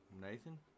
Nathan? ¶¶¶